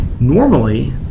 Normally